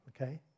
okay